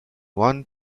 one